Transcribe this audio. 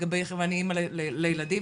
ואני אימא לילדים.